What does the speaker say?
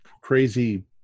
crazy